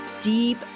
deep